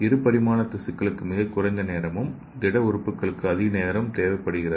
இரு பரிமாண திசுக்களுக்கு மிகக் குறைந்த நேரமும் திட உறுப்புகளுக்கு அதிக நேரம் தேவைப்படுகிறது